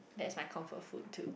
that is my comfort food too